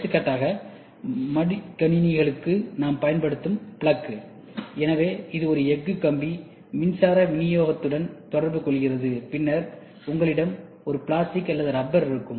எடுத்துக்காட்டாக மடிக்கணினிகளுக்கு நாம் பயன்படுத்தும் பிளக் எனவே ஒரு எஃகு கம்பி மின்சார விநியோகத்துடன் தொடர்பு கொள்கிறது பின்னர் உங்களிடம் ஒரு பிளாஸ்டிக் அல்லது ரப்பர் இருக்கும்